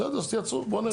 בסדר, אז תייצרו, בוא נראה.